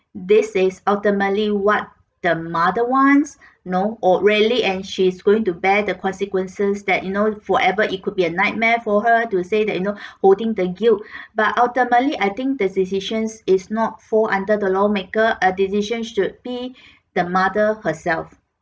this is ultimately what the mother wants you know or really and she is going to bear the consequences that you know forever it could be a nightmare for her to say that you know holding the guilt but ultimately I think the decisions is not fall under the lawmaker a decision should be the mother herself